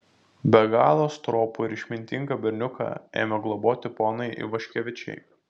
be galo stropų ir išmintingą berniuką ėmė globoti ponai ivaškevičiai